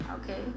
okay